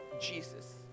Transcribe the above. Jesus